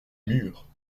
mûr